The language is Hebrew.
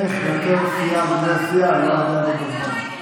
איך מנהל סיעה לא מנהל את הזמן.